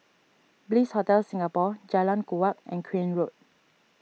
Bliss Hotel Singapore Jalan Kuak and Crane Road